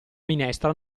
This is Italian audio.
minestra